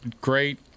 great